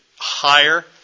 higher